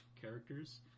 characters